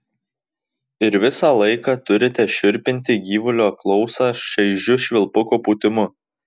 ir visą laiką turite šiurpinti gyvulio klausą šaižiu švilpuko pūtimu